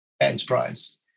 Enterprise